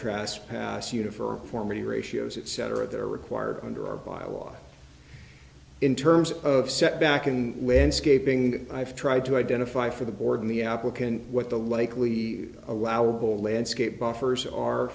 trast pass uniformity ratios at set or at their required under our bylaws in terms of setback in landscaping i've tried to identify for the board in the applicant what the likely allowable landscape buffers are